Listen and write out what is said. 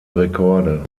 rekorde